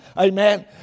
Amen